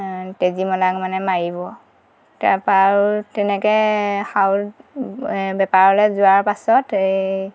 তেজীমলাক মানে মাৰিব তাৰপা আৰু তেনেকৈ সাউড বেপাৰলৈ যোৱাৰ পাছত এই